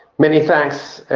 many thanks.